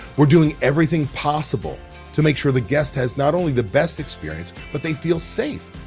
we're doing everything possible to make sure the guest has not only the best experience, but they feel safe.